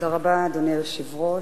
אדוני היושב-ראש,